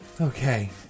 Okay